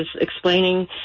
explaining